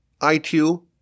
IQ